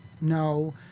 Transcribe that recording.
No